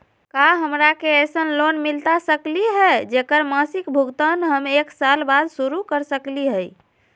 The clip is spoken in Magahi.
का हमरा के ऐसन लोन मिलता सकली है, जेकर मासिक भुगतान हम एक साल बाद शुरू कर सकली हई?